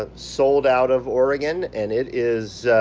ah sold out of oregon, and it is